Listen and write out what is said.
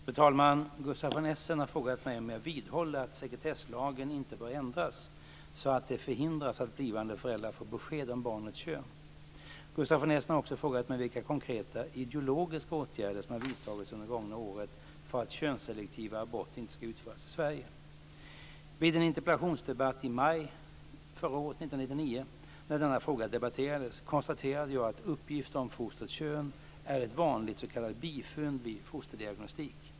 Fru talman! Gustaf von Essen har frågat mig om jag vidhåller att sekretesslagen inte bör ändras så att det förhindras att blivande föräldrar får besked om barnets kön. Gustaf von Essen har också frågat mig vilka konkreta "ideologiska" åtgärder som har vidtagits under det gångna året för att könsselektiva aborter inte ska utföras i Sverige. Vid en interpellationsdebatt i maj 1999 när denna fråga debatterades konstaterade jag att uppgift om fostrets kön är ett vanligt s.k. bifynd vid fosterdiagnostik.